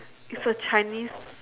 it's a chinese